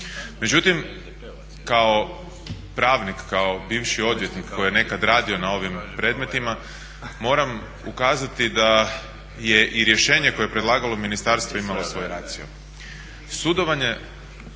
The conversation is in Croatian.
Međutim, kao pravnik, kao bivši odvjetnik koji je nekada radio na ovim predmetima moram ukazati da je i rješenje koje je predlagalo ministarstvo imalo svoj